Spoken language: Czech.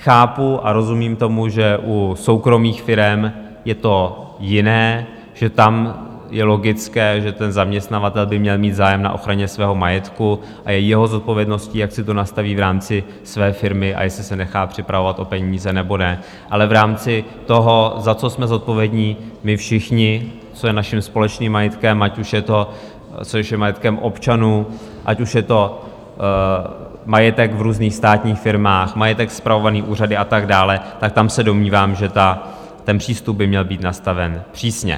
Chápu a rozumím tomu, že u soukromých firem je to jiné, že tam je logické, že zaměstnavatel by měl mít zájem na ochraně svého majetku a je jeho zodpovědností, jak si to nastaví v rámci své firmy a jestli se nechá připravovat o peníze, nebo ne, ale v rámci toho, za co jsme zodpovědní my všichni, co je naším společným majetkem, ať už je to majetek občanů, ať už je to majetek v různých státních firmách, majetek spravovaný úřady a tak dále, tak tam se domnívám, že ten přístup by měl být nastaven přísně.